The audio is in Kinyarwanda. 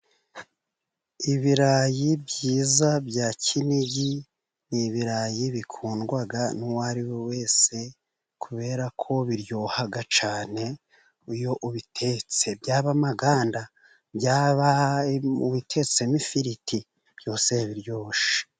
Ibirayi byiza bya Kinigi ni ibirayi bikundwa n'uwariwe wese, kubera ko biryoha cyane, iyo ubitetse, byaba amaganda, byaba ubitetsemo ifiriti, byose biryoshe.